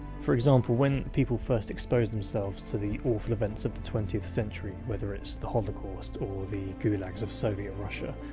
for example when people first expose themselves to the awful events of the twentieth century, whether it's the holocaust, or the gulags of soviet russia,